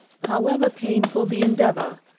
however painful the endeavour,